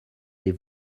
des